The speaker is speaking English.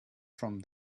from